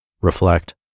Reflect